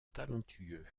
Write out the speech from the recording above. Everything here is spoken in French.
talentueux